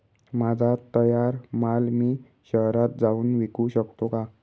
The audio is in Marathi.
माझा तयार माल मी शहरात जाऊन विकू शकतो का?